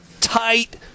tight